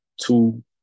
two